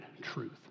truth